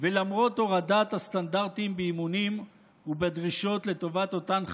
ולמרות הורדת הסטנדרטים באימונים ובדרישות לטובת אותן חיילות,